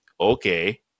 Okay